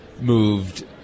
moved